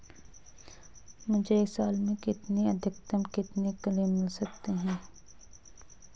मुझे एक साल में अधिकतम कितने क्लेम मिल सकते हैं?